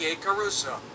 Caruso